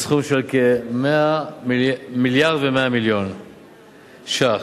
בסכום של כ-1.1 מיליארד ש"ח.